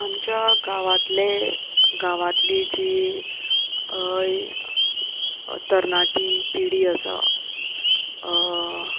आमच्या गांवांतले गांवांतली जी तरणाटी पिडी आसा